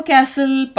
Castle